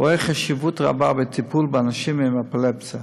רואה חשיבות רבה בטיפול באנשים עם אפילפסיה.